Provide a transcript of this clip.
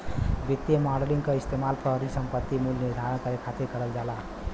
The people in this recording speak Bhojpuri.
वित्तीय मॉडलिंग क इस्तेमाल परिसंपत्ति मूल्य निर्धारण करे खातिर करल जाला